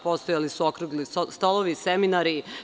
Postojali su okrugli stolovi, seminari.